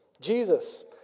Jesus